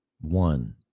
One